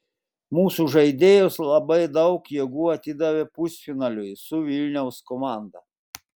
mūsų žaidėjos labai daug jėgų atidavė pusfinaliui su vilniaus komanda